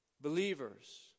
Believers